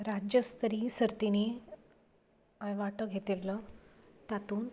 राज्य स्तरीय सर्तींनी हांवें वांटो घेतिल्लो तातूंत